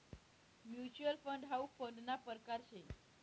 mutual fund हाउ फंडना परकार शे